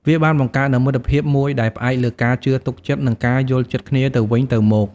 វាបានបង្កើននូវមិត្តភាពមួយដែលផ្អែកលើការជឿទុកចិត្ត និងការយល់ចិត្តគ្នាទៅវិញទៅមក។